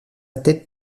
tête